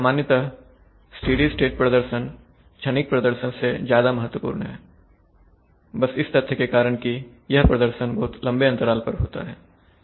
सामान्यतः steady state प्रदर्शन क्षणिक प्रदर्शन से ज्यादा महत्वपूर्ण है बस इस तथ्य के कारण कि यह प्रदर्शन बहुत लंबे अंतराल पर होता है